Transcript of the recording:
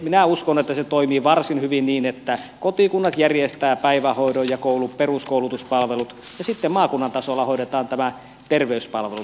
minä uskon että se toimii varsin hyvin niin että kotikunnat järjestävät päivähoidon ja peruskoulutuspalvelut ja sitten maakunnan tasolla hoidetaan nämä terveyspalvelut